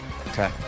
Okay